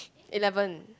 eleven